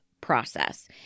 process